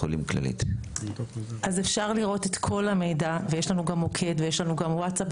אז אפשר לראות את כל המידע ויש לנו גם מוקד ויש לנו גם ווטסאפ,